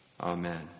Amen